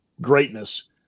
greatness